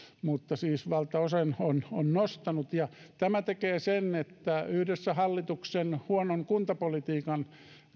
mutta siis valtaosa on on nostanut ja tämä tekee sen että yhdessä hallituksen huonon kuntapolitiikan